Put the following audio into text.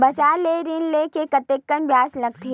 बजार ले ऋण ले म कतेकन ब्याज लगथे?